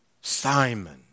Simon